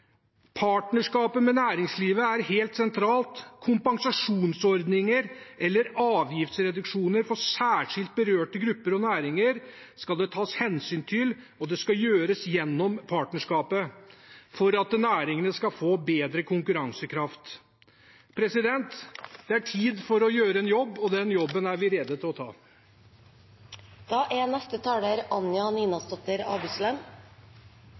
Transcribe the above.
Partnerskapet med næringslivet er helt sentralt. Kompensasjonsordninger eller avgiftsreduksjoner for særskilt berørte grupper og næringer skal det tas hensyn til, og det skal gjøres gjennom partnerskapet for at næringene skal få bedre konkurransekraft. Det er tid for å gjøre en jobb, og den jobben er vi rede til å ta.